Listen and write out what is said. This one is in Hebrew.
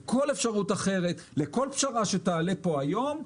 או כל אפשרות אחרת לכל פשרה שתעלה פה היום,